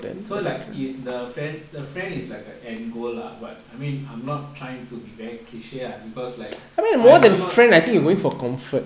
so like if the friend the friend is like end goal lah but I mean I'm trying to be very cliche ah because like I also not